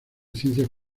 ciencias